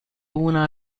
una